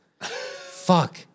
fuck